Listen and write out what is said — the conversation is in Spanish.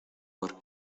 por